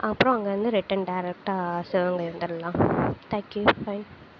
அப்புறம் அங்கேயிருந்து ரிட்டர்ன் டேரெக்டாக சிவகங்கை வந்துடலாம் தேங்க் யூ பை